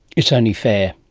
it's only fair.